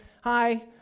hi